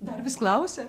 dar vis klausia